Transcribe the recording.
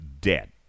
dead